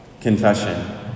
confession